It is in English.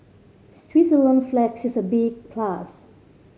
Switzerland flag is a big plus